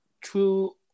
True